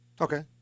Okay